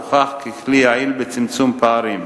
הוכח ככלי יעיל בצמצום פערים.